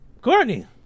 courtney